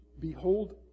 behold